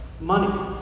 money